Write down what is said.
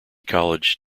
college